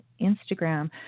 Instagram